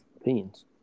opinions